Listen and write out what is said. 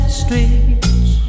streets